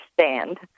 stand